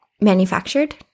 manufactured